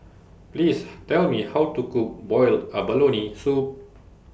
Please Tell Me How to Cook boiled abalone Soup